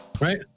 Right